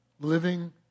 Living